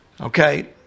Okay